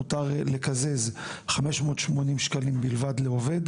מותר לקזז 580 ש"ח לעובד,